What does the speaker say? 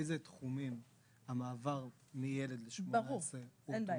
באיזה תחומים המעבר מילד לגיל 18 --- אין בעיה,